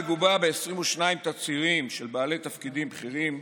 המגובה ב-22 תצהירים של בעלי תפקידים בכירים,